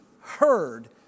heard